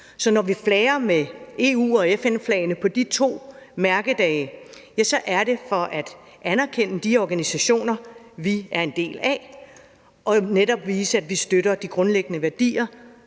Så når vi flager med EU- og FN-flagene på de to mærkedage, er det for at anerkende de organisationer, vi er en del af, og netop vise, at vi støtter de grundlæggende værdier,